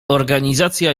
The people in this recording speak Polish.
organizacja